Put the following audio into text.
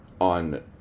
on